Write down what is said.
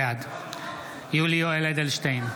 בעד יולי יואל אדלשטיין,